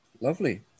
Lovely